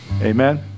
Amen